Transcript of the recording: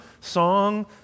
song